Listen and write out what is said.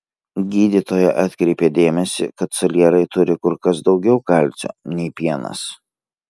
gydytoja atkreipė dėmesį kad salierai turi kur kas daugiau kalcio nei pienas